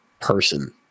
person